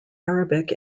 arabic